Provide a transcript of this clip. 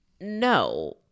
no